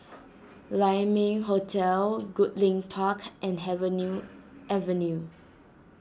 Lai Ming Hotel Goodlink Park and have new Avenue